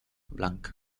blanc